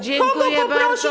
Dziękuję bardzo.